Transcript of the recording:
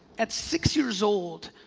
at six years old,